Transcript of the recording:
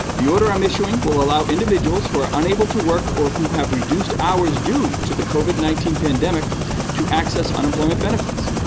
the order i'm issuing will allow individuals who are unable to work or who have reduced hours due to the covid nineteen pandemic to access unemployment benefits.